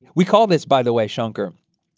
we call this, by the way, shankar,